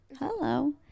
Hello